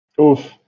Oof